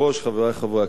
חברי חברי הכנסת,